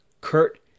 Kurt